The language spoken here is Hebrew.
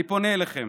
אני פונה אליכם,